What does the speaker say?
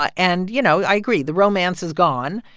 but and, you know, i agree. the romance is gone,